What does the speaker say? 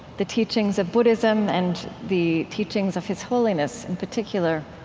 the teachings of buddhism and the teachings of his holiness in particular,